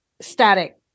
static